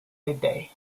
midday